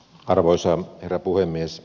arvoisa herra puhemies